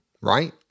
right